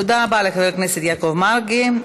תודה רבה לחבר הכנסת יעקב מרגי.